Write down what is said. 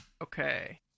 Okay